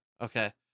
Okay